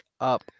up